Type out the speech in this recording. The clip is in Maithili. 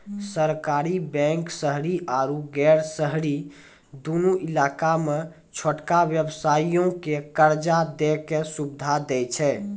सहकारी बैंक शहरी आरु गैर शहरी दुनू इलाका मे छोटका व्यवसायो के कर्जा दै के सुविधा दै छै